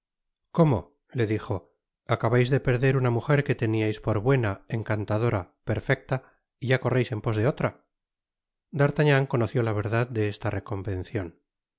cómo le dijo acabais de perder una muger que teniais por buena encantadora perfecta y ya correis en pos de otra d'artagnan conoció la verdad de esta reconvencion